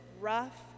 rough